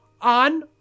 on